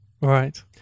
right